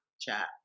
Chat